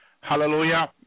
hallelujah